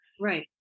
Right